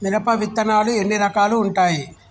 మిరప విత్తనాలు ఎన్ని రకాలు ఉంటాయి?